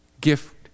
gift